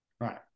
right